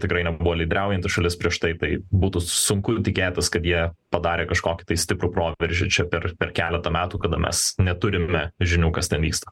tikrai nebuvo lyderiaujanti šalis prieš tai būtų sunku tikėtis kad jie padarė kažkokį stiprų proveržį čia per per keletą metų kada mes neturime žinių kas ten vyksta